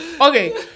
Okay